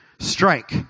Strike